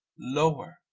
lower,